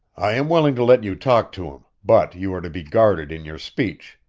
i am willing to let you talk to him, but you are to be guarded in your speech.